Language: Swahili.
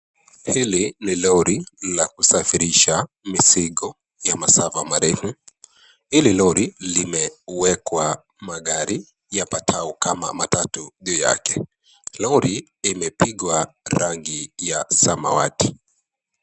Hili ni lori la kusafirisha mizigo ya masafa marefu. Hili lori limewekwa magari ya patao kama matatu juu yake. Lori limepigwa rangi ya samawati.